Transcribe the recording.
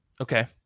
Okay